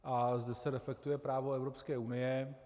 A zde se reflektuje právo Evropské unie.